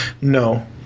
No